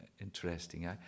interesting